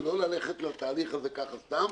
ולא ללכת לתהליך הזה ככה סתם,